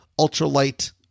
ultralight